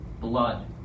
blood